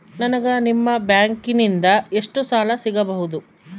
ನನಗ ನಿಮ್ಮ ಬ್ಯಾಂಕಿನಿಂದ ಎಷ್ಟು ಸಾಲ ಸಿಗಬಹುದು?